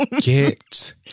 Get